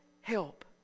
help